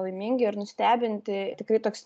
laimingi ir nustebinti tikrai toks